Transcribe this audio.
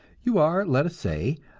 you are, let us say,